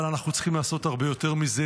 אבל אנחנו צריכים לעשות הרבה יותר מזה.